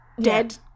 dead